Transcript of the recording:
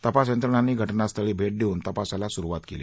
तपासयंत्रणांनी घटनास्थळी भेट देऊन तपासाला सुरुवात केली